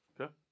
Okay